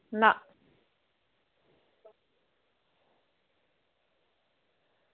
ना